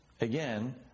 Again